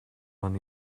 man